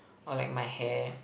or like my hair